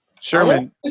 Sherman